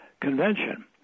Convention